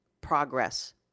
progress